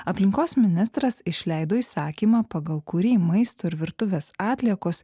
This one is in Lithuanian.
aplinkos ministras išleido įsakymą pagal kurį maisto ir virtuvės atliekos